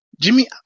Jimmy